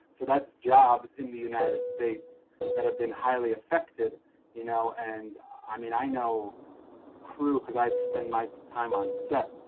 so that's jobs in the united states that have been highly affected you know and i mean i know crew because i spend my time on set,